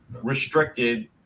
restricted